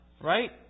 right